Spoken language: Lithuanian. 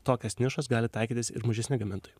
tokias nišas gali taikytis ir mažesni gamintojai